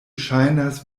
ŝajnas